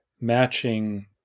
matching